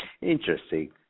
Interesting